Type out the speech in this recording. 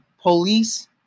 police